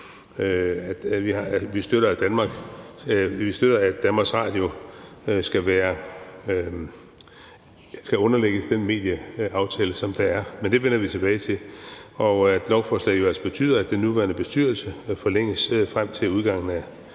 vi støtter, at DR skal underlægges den medieaftale, som der er. Men det vender vi tilbage til. Lovforslaget betyder jo altså, at den nuværende bestyrelse forlænges frem til udgangen af